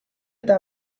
eta